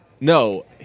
no